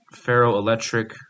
ferroelectric